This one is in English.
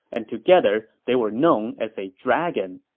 and together, they were known as a dragon.